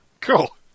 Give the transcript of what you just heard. Cool